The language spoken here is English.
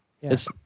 Yes